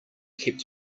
kept